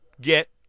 get